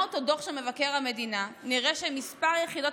עוד מהדוח של מבקר המדינה נראה שמספר יחידות